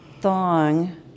thong